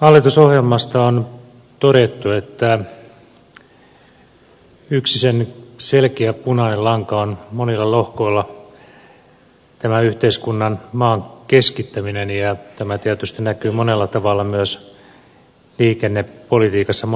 hallitusohjelmasta on todettu että yksi sen selkeä punainen lanka on monilla lohkoilla tämä yhteiskunnan maan keskittäminen ja tämä tietysti näkyy monella tavalla myös liikennepolitiikassa